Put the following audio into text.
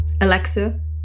Alexa